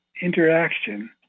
interaction